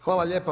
Hvala lijepa.